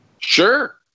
Sure